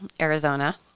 Arizona